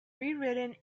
rewritten